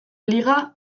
liga